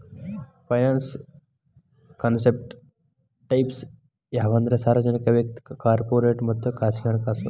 finance concept types ಯಾವಂದ್ರ ಸಾರ್ವಜನಿಕ ವಯಕ್ತಿಕ ಕಾರ್ಪೊರೇಟ್ ಮತ್ತ ಖಾಸಗಿ ಹಣಕಾಸು